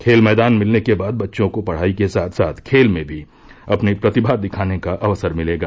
खेल मैदान मिलने के बाद बच्चों को पढ़ाई के साथ साथ खेल में भी अपनी प्रतिमा दिखाने का अवसर मिलेगा